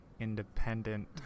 independent